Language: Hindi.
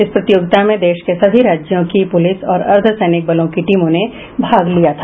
इस प्रतियोगिता में देश के सभी राज्यों की पुलिस और अर्द्वसैनिक बलों की टीमों ने भाग लिया था